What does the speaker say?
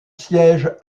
siège